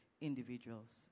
individuals